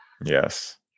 Yes